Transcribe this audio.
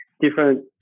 different